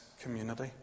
community